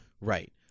Right